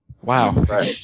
wow